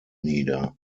nieder